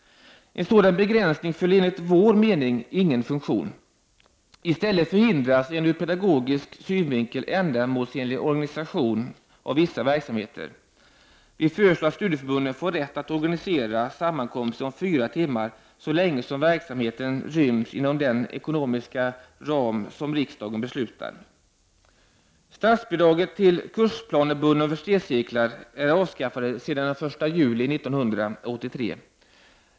En sådan begränsning fyller enligt vår mening ingen funktion. I stället förhindras en ur pedagogisk synvinkel ändamålsenlig organisation av vissa verksamheter. Vi föreslår att studieförbunden får rätt att organisera sammankomster om fyra timmar så länge som verksamheten ryms inom den ekonomiska ram som riksdagen beslutar. Statsbidraget till kursplanebundna universitetscirklar är avskaffat sedan den 1 juli 1983.